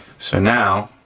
so now,